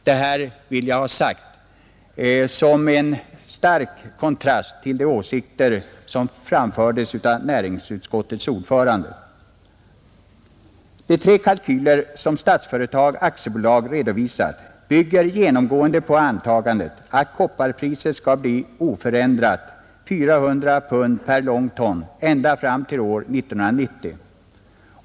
Detta vill jag ha sagt som en stark kontrast till de åsikter, som framfördes av näringsutskottets ordförande, De tre kalkyler, som Statsföretag AB redovisat, bygger genomgående på antagandet att kopparpriset skall förbli oförändrat 400 pund per long ton ända fram till år 1990.